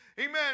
Amen